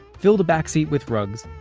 fill the back seat with rugs,